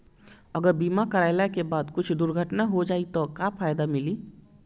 अगर बीमा करावे के बाद कुछ दुर्घटना हो जाई त का फायदा मिली?